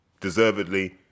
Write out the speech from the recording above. Deservedly